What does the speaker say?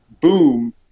boom